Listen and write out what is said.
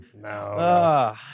no